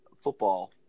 football